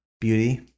beauty